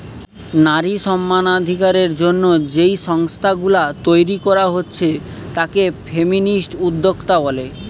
নারী সমানাধিকারের জন্যে যেই সংস্থা গুলা তইরি কোরা হচ্ছে তাকে ফেমিনিস্ট উদ্যোক্তা বলে